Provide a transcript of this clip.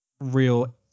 real